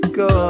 go